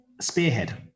spearhead